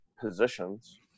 positions